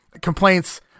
complaints